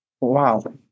Wow